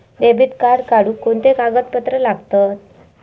Debit card काढुक कोणते कागदपत्र लागतत?